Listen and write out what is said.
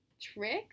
Tricks